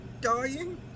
dying